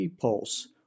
pulse